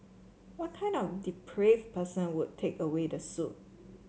what kind of depraved person would take away the soup